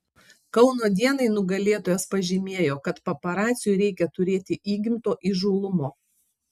kauno dienai nugalėtojas pažymėjo kad paparaciui reikia turėti įgimto įžūlumo